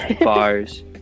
bars